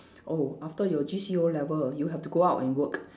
oh after your G_C_E O-level you have to go out and work